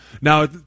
Now